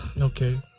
Okay